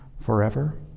forever